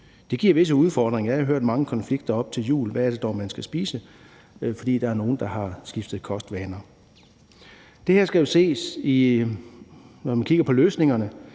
Det giver visse udfordringer. Jeg har hørt om mange konflikter op til jul, for hvad er det dog, man skal spise, fordi der er nogle, der har skiftet kostvaner? Når man skal kigge på løsningerne,